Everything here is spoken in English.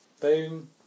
boom